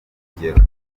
urugero